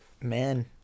Man